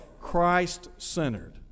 Christ-centered